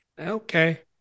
Okay